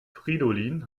fridolin